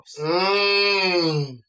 Mmm